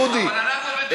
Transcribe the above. בדיוק.